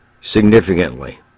significantly